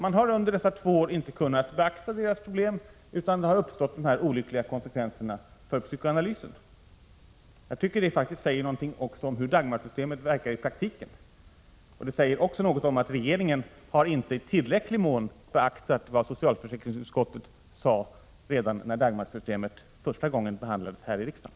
Man har inte kunnat beakta deras problem under dessa två år, utan det har uppstått olyckliga konsekvenser. Jag tycker faktiskt att det säger någonting om hur Dagmarsystemet fungerar i praktiken, och det säger också att regeringen inte i tillräcklig mån har beaktat vad socialförsäkringsutskottet sade redan när Dagmarsystemet första gången behandlades här i riksdagen.